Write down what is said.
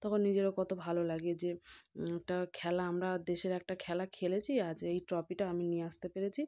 তখন নিজেরও কত ভালো লাগে যে একটা খেলা আমরা দেশের একটা খেলা খেলেছি আজ এই ট্রফিটা আমি নিয়ে আসতে পেরেছি